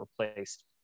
replaced